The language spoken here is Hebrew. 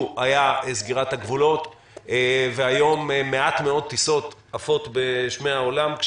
היה סגירת הגבולות והיום מעט מאוד טיסות עפות בשמי העולם,